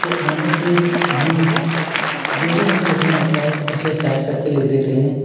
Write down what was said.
के आने से हम जो भी हमें लिखना होता है उसे टाइप करके लिख देते हैं